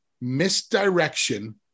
misdirection